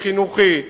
חינוכי,